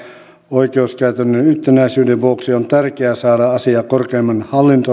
oikeuskäytännön yhtenäisyyden vuoksi on tärkeää saada asia korkeimman hallinto oikeuden